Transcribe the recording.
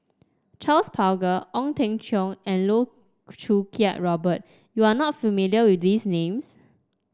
Charles Paglar Ong Teng Cheong and Loh Choo Kiat Robert you are not familiar with these names